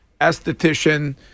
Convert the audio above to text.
esthetician